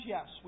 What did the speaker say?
Yes